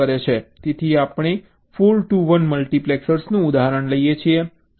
તેથી આપણે 4 ટુ 1 મલ્ટિપ્લેક્સરનું ઉદાહરણ લઈએ છીએ